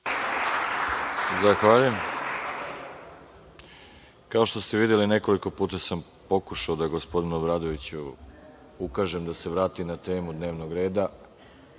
Zahvaljujem. Kao što ste videli, nekoliko puta sam pokušao da gospodinu Obradoviću ukažem da se vrati na temu dnevnog reda.